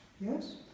Yes